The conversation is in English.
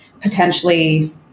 potentially